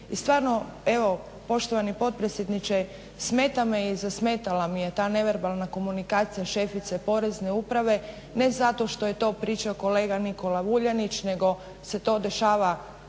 stvarno evo poštovani potpredsjedniče smeta me i zasmetala mi je ta neverbalna komunikacija šefice Porezne uprave ne zato što je to pričao kolega Nikola Vuljanić nego se to dešava